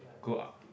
go